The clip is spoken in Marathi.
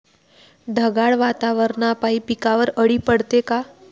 ढगाळ वातावरनापाई पिकावर अळी पडते का?